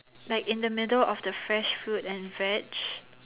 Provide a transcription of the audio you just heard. like in the middle of the fresh fruit and veg